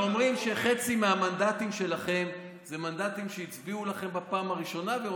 ואומרים שחצי מהמנדטים שלכם זה ממי שהצביעו לכם בפעם הראשונה.